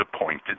appointed